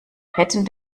hätten